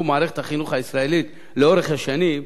במערכת החינוך הישראלית לאורך השנים,